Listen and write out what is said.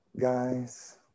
Guys